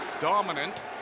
dominant